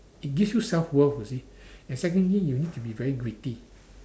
it gives you self worth you see and secondly you need to be very gritty